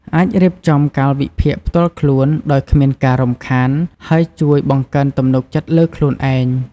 អាច រៀបចំកាលវិភាគផ្ទាល់ខ្លួន ដោយគ្មានការរំខាន ហើយជួយ បង្កើនទំនុកចិត្តលើខ្លួនឯង។